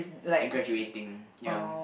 and graduating ya